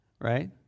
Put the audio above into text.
right